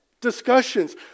discussions